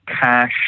Cash